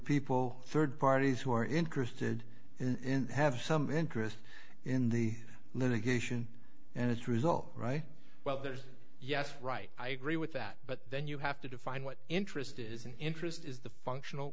people third parties who are interested in have some interest in the litigation and it's result right well there's yes right i agree with that but then you have to define what interest is and interest is the functional